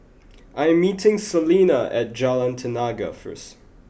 I am meeting Selina at Jalan Tenaga first